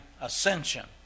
ascension